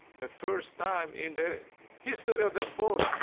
the first time in the history of the sport,